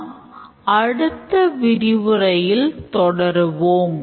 நாம் அடுத்த விரிவுரையில் தொடர்வோம்